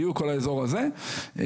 כל האזור הזה,